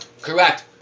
Correct